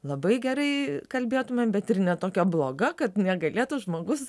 labai gerai kalbėtumėm bet ir ne tokia bloga kad negalėtų žmogus žmogus